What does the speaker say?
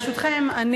ברשותכם,